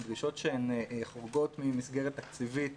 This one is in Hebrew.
הן דרישות שחורגות מהמסגרת התקציבית